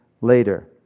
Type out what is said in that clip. later